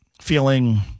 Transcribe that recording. feeling